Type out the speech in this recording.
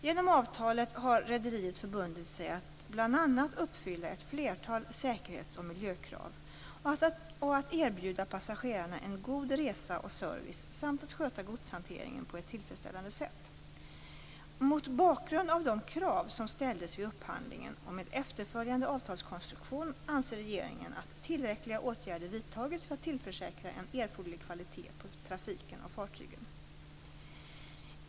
Genom avtalet har rederiet förbundit sig att bl.a. uppfylla ett flertal säkerhets och miljökrav och att erbjuda passagerarna en god resa och service samt att sköta godshanteringen på ett tillfredsställande sätt. Mot bakgrund av de krav som ställdes vid upphandlingen och med efterföljande avtalskonstruktion anser regeringen att tillräckliga åtgärder vidtagits för att tillförsäkra en erforderlig kvalitet på trafiken och fartygen.